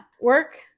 Work